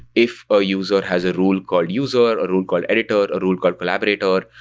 if a user has a rule called user, a rule called editor, a rule called collaborator,